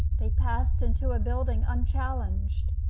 they passed into a building unchallenged.